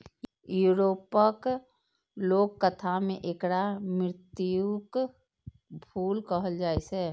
यूरोपक लोककथा मे एकरा मृत्युक फूल कहल जाए छै